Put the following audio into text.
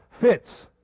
fits